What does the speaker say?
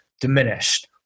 diminished